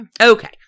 Okay